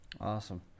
awesome